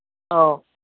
ꯑꯧ